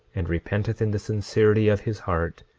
and repenteth in the sincerity of his heart,